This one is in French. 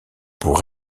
pour